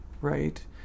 right